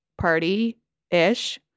Party-ish